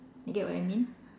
you get what I mean